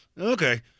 okay